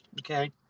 okay